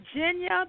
Virginia